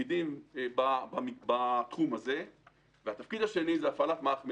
2. הפעלת מערך מל"ח,